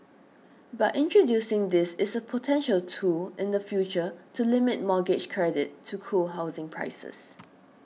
but introducing this is a potential tool in the future to limit mortgage credit to cool housing prices